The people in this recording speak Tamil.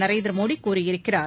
நரேந்திர மோடி கூறியிருக்கிறார்